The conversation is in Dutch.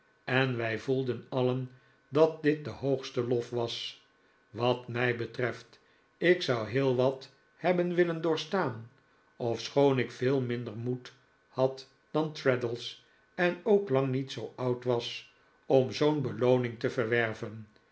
en wij voelden alien dat dit de hoogste lof was wat mij betreft ik zou heel wat hebben willen doorstaan ofschoon ik veel minder moed had dan traddles en ook lang niet zoo oud was om zoo'n belooning te verwerven